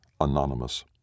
anonymous